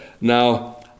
Now